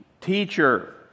teacher